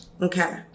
Okay